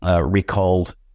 recalled